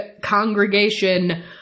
congregation